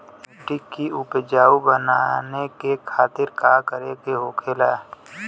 मिट्टी की उपजाऊ बनाने के खातिर का करके होखेला?